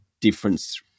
difference